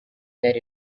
that